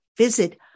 Visit